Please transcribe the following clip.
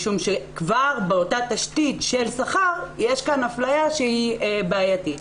משום שכבר באותה תשתית של שכר יש כאן אפליה שהיא בעייתית.